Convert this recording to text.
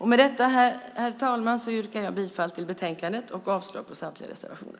Med detta, herr talman, yrkar jag bifall till utskottets förslag i betänkandet och avslag på samtliga reservationer.